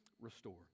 restore